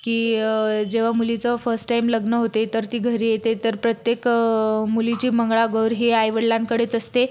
की जेव्हा मुलीचं फर्स्ट टाइम लग्न होते तर ती घरी येते तर प्रत्येक मुलीची मंगळागौर ही आईवडिलांकडेच असते